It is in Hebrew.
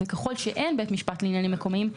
ככל שאין בית משפט לעניינים מקומיים,